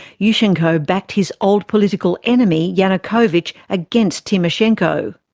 yushchenko backed his old political enemy yanukovych against tymoshenko.